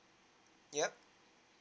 yup